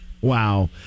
Wow